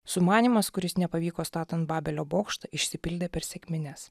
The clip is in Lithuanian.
sumanymas kuris nepavyko statant babelio bokštą išsipildė per sekmines